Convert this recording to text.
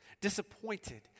disappointed